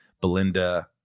Belinda